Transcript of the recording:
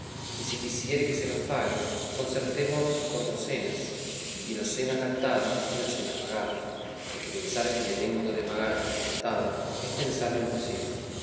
y si quisiere que se los pague concertémonos por docenas y docena cantada y docena pagada porque pensar que le tengo de pagar adelantado es pensar lo imposible